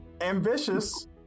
ambitious